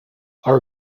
our